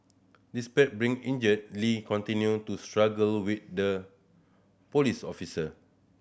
despite being injured Lee continued to struggle with the police officer